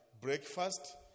breakfast